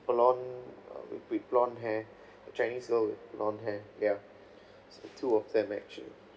blonde uh with with blonde hair a chinese girl with blonde hair ya so two of them actually